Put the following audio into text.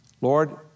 Lord